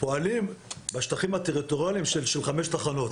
פועלים בשטחים הטריטוריאליים של חמש תחנות.